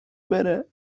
بره